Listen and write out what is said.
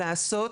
לעשות